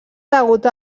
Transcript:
degut